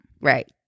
Right